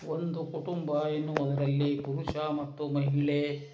ಒಂದು ಕುಟುಂಬ ಎನ್ನುವುದರಲ್ಲಿ ಪುರುಷ ಮತ್ತು ಮಹಿಳೆ